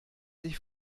sich